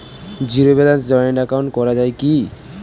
Zero ব্যালেন্সে joint account করা য়ায় কি?